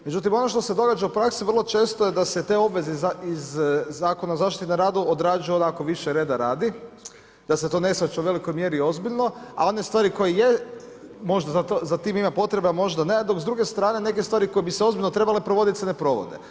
Međutim, ono što se događa u praksi, vrlo često je da se te obveze iz Zakona o zaštiti na radu, odrađuju onako više reda radi, da se to ne shvaća u velikoj mjeri ozbiljno, a one stvari koje je, možda za tim ima potrebe, a možda ne, a dok s druge strane, neke stvari koje bi se ozbiljno trebalo provoditi, se ne provode.